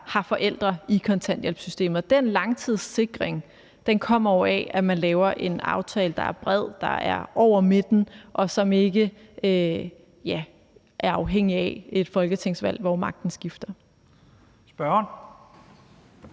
har forældre i kontanthjælpssystemet. Den langtidssikring kommer jo af, at man laver en aftale, der er bred, som er over midten, og som ikke er afhængig af et folketingsvalg, hvor magten skifter. Kl.